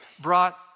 brought